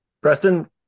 Preston